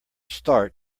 start